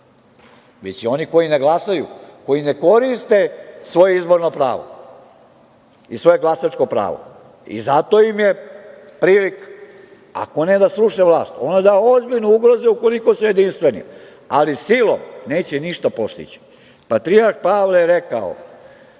već i oni koji ne glasaju, koji ne koriste svoje izborno pravo i svoje glasačko pravo. Zato im je prilika ako ne da sruše vlast, ono da je ozbiljno ugroze ukoliko su jedinstveni. Ali silom neće ništa postići. Patrijarh Pavle je rekao: